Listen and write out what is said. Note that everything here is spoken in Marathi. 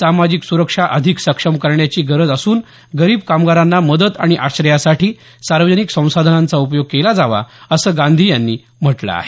सामाजिक सुरक्षा अधिक सक्षम करण्याची गरज असून गरीब कामगारांना मदत आणि आश्रयासाठी सार्वजनिक संसाधनांचा उपयोग केला जावा असं गांधी यांनी म्हटलं आहे